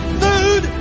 food